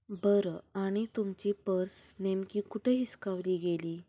बरं आणि तुमची पर्स नेमकी कुठं हिसकावली गेली